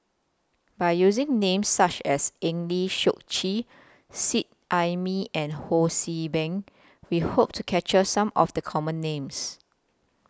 By using Names such as Eng Lee Seok Chee Seet Ai Mee and Ho See Beng We Hope to capture Some of The Common Names